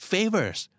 Favors